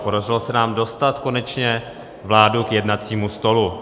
Podařilo se nám dostat konečně vládu k jednacímu stolu.